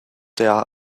der